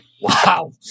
Wow